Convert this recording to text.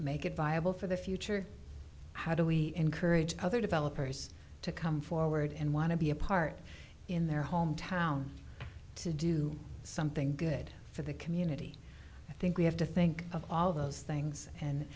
make it viable for the future how do we encourage other developers to come forward and want to be a part in their hometown to do something good for the community i think we have to think of all of those things and